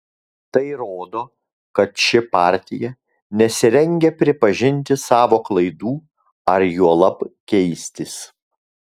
tai rodo kad ši partija nesirengia pripažinti savo klaidų ar juolab keistis